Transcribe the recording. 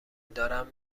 دارن